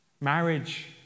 Marriage